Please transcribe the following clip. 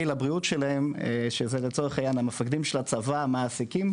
לבריאות שלהם שלצורך העניין זה המפקדים של הצבא או המעסיקים,